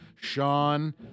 Sean